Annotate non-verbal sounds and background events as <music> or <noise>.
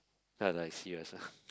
uh like serious ah <noise>